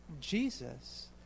Jesus